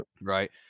right